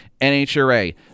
NHRA